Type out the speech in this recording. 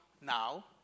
now